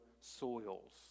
soils